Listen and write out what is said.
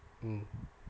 mm